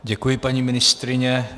Děkuji, paní ministryně.